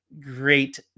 Great